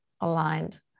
aligned